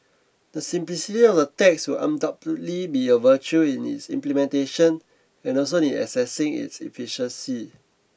the sympathy of the tax will undoubtedly be a virtue in its implementation and also in assessing its efficacy